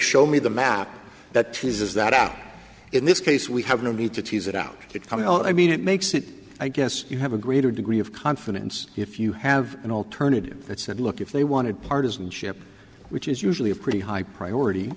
show me the map that is that out in this case we have no need to tease it out it coming out i mean it makes it i guess you have a greater degree of confidence if you have an alternative that said look if they wanted partisanship which is usually a pretty high priority